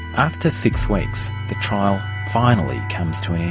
after six weeks, the trial finally comes to an end,